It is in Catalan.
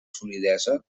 solidesa